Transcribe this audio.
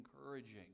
encouraging